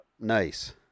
Nice